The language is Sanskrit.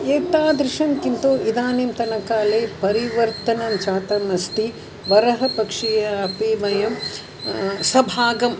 एतादृशं किन्तु इदानीन्तन काले परिवर्तनम् जातम् अस्ति वरः पक्षीयाः अपि वयं सहभागम्